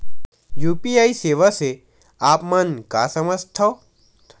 UPI सेवा से आप मन का समझ थान?